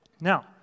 Now